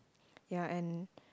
ya and